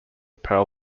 pearl